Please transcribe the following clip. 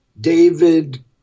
David